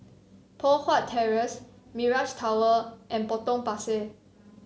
Poh Huat Terrace Mirage Tower and Potong Pasir